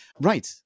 right